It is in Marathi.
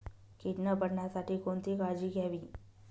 कीड न पडण्यासाठी कोणती काळजी घ्यावी?